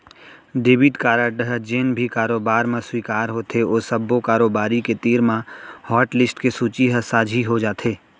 debit card ह जेन भी कारोबार म स्वीकार होथे ओ सब्बो कारोबारी के तीर म हाटलिस्ट के सूची ह साझी हो जाथे